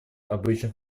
обычных